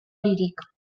líric